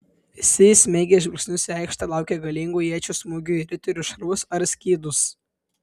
visi įsmeigę žvilgsnius į aikštę laukė galingų iečių smūgių į riterių šarvus ar skydus